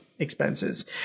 Expenses